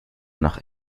noch